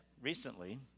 recently